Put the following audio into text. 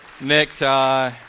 necktie